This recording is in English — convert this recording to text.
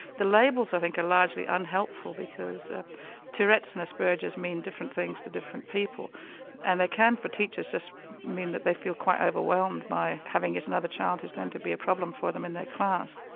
the labels i think are largely unhelpful because tourette's and asperger's mean different things to different people and they can, for teachers, just mean that they feel quite overwhelmed by having yet another child who's going to be a problem for them in their class.